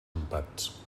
empats